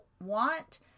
want